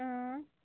اۭں